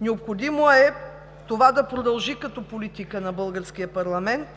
Необходимо е това да продължи като политика на българския парламент